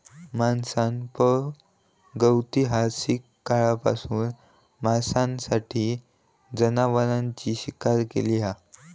माणसान प्रागैतिहासिक काळापासना मांसासाठी जनावरांची शिकार केली हा